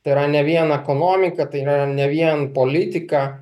tai yra ne vien ekonomika tai yra ne vien politika